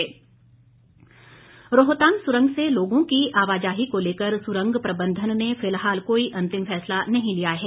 रोहतांग सुरंग रोहतांग सुरंग से लोगों की आवाजाही को लेकर सुरंग प्रबंधन ने फिलहाल कोई अंतिम फैसला नहीं लिया है